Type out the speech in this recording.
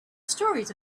stories